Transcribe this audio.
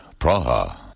Praha